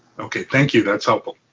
okay, thank you. that's helpful.